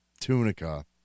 tunica